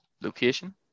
location